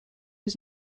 was